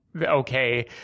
Okay